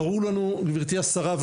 ברור לנו גברתי השרה,